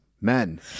men